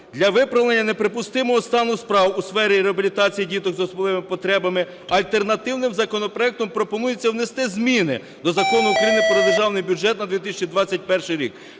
Для виправлення неприпустимого стану справ у сфері реабілітації діток з особливими потребами, альтернативним законопроектом пропонується внести зміни до Закону України "Про Державний бюджет на 2021 рік".